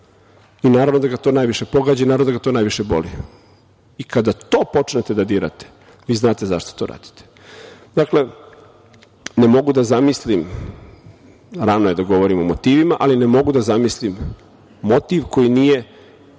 Naravno da ga to najviše pogađa i naravno da ga to najviše boli. Kada to počnete da dirate, vi znate zašto to radite. Dakle, rano je da govorim o motivima, ali ne mogu da zamislim motiv koji nije